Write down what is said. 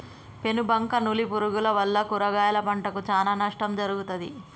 పేను బంక నల్లి పురుగుల వల్ల కూరగాయల పంటకు చానా నష్టం జరుగుతది